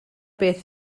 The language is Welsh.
beth